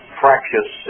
fractious